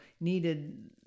needed